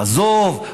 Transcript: עזוב,